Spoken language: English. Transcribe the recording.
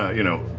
you know,